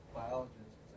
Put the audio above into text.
biologists